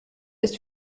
ist